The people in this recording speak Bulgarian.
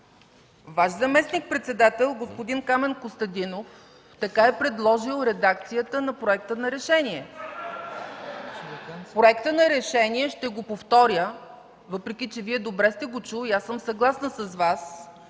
Ваш заместник-председател – господин Камен Костадинов, така е предложил редакцията на проекта за решение. Проектът за решение, ще го повторя, въпреки че Вие добре сте го чули и аз съм съгласна с Вас: